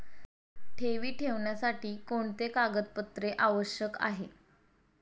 ठेवी ठेवण्यासाठी कोणते कागदपत्रे आवश्यक आहे?